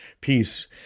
peace